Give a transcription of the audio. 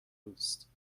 اوست